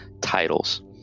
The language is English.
titles